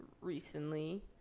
recently